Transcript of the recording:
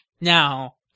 now